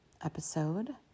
episode